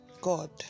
God